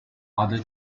other